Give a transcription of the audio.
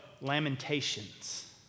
Lamentations